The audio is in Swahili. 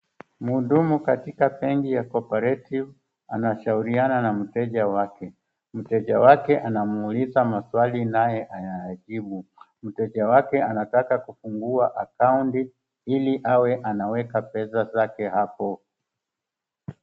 Mhudumu katika benki ya Cooperative anashauriana na mteja wake. Mteja wake anamuuliza maswali naye anayajibu. Mteja wake anataka kufugua akaunti ili hawe anaweka pesa zake apo.